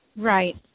Right